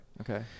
okay